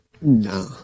No